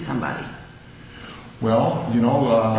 somebody well you know